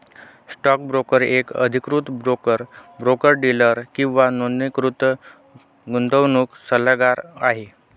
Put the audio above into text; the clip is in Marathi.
स्टॉक ब्रोकर एक अधिकृत ब्रोकर, ब्रोकर डीलर किंवा नोंदणीकृत गुंतवणूक सल्लागार आहे